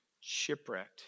shipwrecked